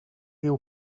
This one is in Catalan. diu